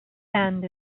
sand